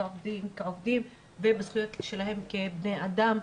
בזכויות שלהם כעובדים ובזכויות שלהם כבני אדם.